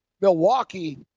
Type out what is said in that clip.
Milwaukee